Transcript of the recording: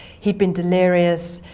he'd been delirious,